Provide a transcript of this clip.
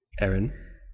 Aaron